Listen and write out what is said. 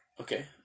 Okay